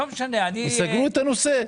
הם סגרו את הנושא.